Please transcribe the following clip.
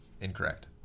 incorrect